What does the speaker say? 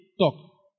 talk